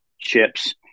chips